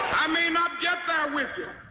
i may not get there with you,